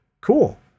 Cool